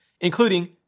including